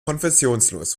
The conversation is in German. konfessionslos